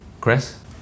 Chris